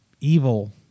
evil